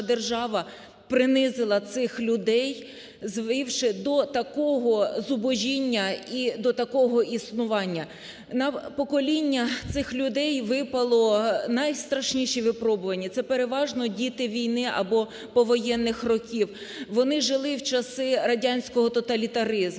держава принизила цих людей, звівши до такого зубожіння і до такого існування. На покоління цих людей випали найстрашніші випробування, це переважно діти війни або повоєнних років, вони жили в часи радянського тоталітаризму.